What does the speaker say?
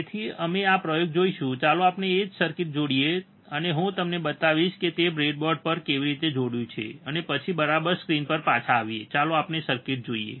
તેથી અમે આ પ્રયોગ જોશું ચાલો આપણે તે જ સર્કિટ જોડીએ અને હું તમને બતાવીશ કે તેણે બ્રેડબોર્ડ પર કેવી રીતે જોડ્યું છે અને પછી અમે બરાબર સ્ક્રીન પર પાછા આવીએ છીએ ચાલો આપણે સર્કિટ જોઈએ